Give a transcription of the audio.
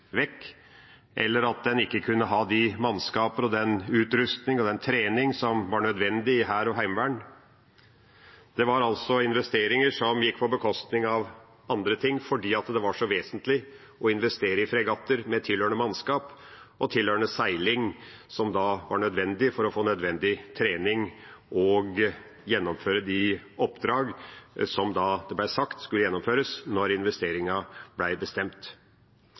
eller at en ikke kunne ha de mannskaper og den utrustning og den trening som var nødvendig i Hæren og Heimevernet. Det var altså investeringer som gikk på bekostning av andre ting, fordi det var så vesentlig å investere i fregatter med tilhørende mannskap og tilhørende seiling – noe som var nødvendig for å få nødvendig trening og gjennomføre de oppdrag som det ble sagt skulle gjennomføres da investeringen ble bestemt.